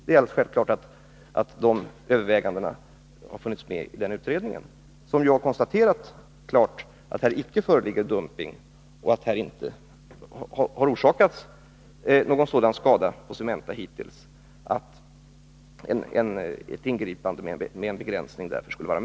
Det är alldeles självklart att sådana överväganden har gjorts också i den här utredningen, där man alltså klart har konstaterat att det icke föreligger någon dumpningsprocess och att inte någon sådan skada har åsamkats Cementa att ett ingripande i syfte att införa en begränsning är motiverat.